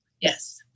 Yes